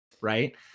right